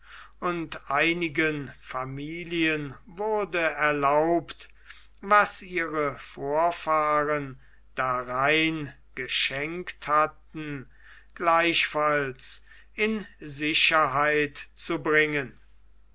und einigen familien wurde erlaubt was ihre vorfahren darein geschenkt hatten gleichfalls in sicherheit zu bringen